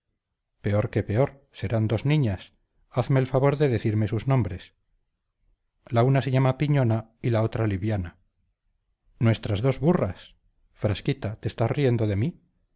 peor que peor serán dos niñas hazme el favor de decirme sus nombres la una se llama piñona y la otra liviana nuestras dos burras frasquita te estás riendo de mí